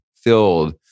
filled